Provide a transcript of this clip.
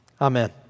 Amen